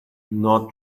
not